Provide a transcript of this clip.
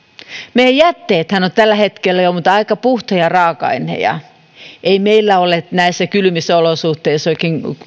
meidän jätteethän ovat muuten tällä hetkellä jo aika puhtaita raaka aineita ei meillä ole näissä kylmissä olosuhteissa